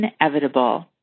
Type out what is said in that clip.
inevitable